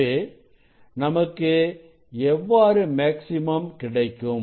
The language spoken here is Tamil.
எனவே நமக்கு எவ்வாறு மேக்ஸிமம் கிடைக்கும்